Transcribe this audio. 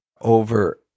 over